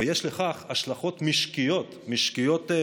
ויש לכך השלכות משקיות רחבות.